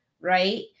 right